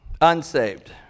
Unsaved